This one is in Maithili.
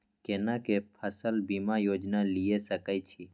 केना के फसल बीमा योजना लीए सके छी?